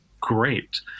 great